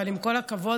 אבל עם כל הכבוד,